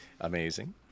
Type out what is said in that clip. amazing